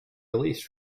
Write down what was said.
released